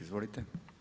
Izvolite.